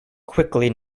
quickly